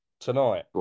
tonight